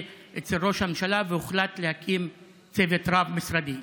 אצל ראש הממשלה והוחלט להקים צוות רב-משרדי.